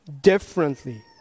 differently